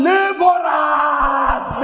Laborers